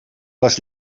les